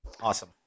Awesome